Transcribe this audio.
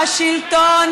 השלטון